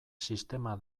sistema